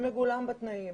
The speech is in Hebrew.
זה מגולם בתנאים